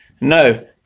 No